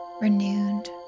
renewed